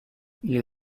ils